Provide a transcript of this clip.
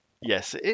yes